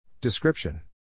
Description